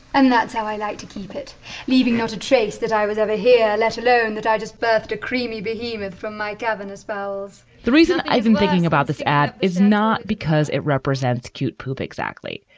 and that's how i like to keep it leaving now to trace that i was ever here, let alone that i just birthed a creamy behemoth from my governor's bells the reason i've been thinking about this ad is not because it represents cute poop exactly,